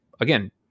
again